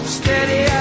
steady